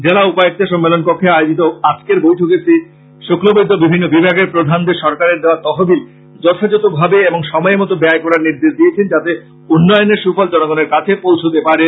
জেলা উপায়ক্তের সম্মেলন কক্ষে আয়োজিত আজকের বৈঠকে মন্ত্রী শ্রী শুক্লবৈদ্য বিভিন্ন বিভাগের প্রধানদের সরকারের দেওয়া তহবিল যথাযথভাবে এবং সময় মতো ব্যয় করার নির্দেশ দিয়েছেন যাতে উন্নয়নের সুফল জনগনের কাছে পৌছতে পারে